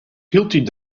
hieltyd